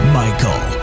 michael